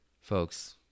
Folks